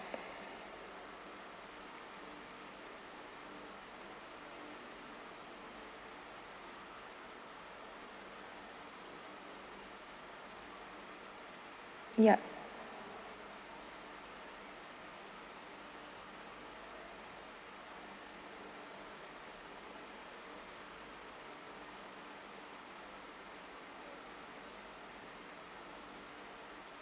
ya